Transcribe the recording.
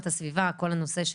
ריח?